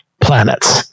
planets